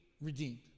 redeemed